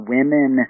Women